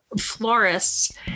florists